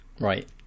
Right